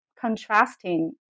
contrasting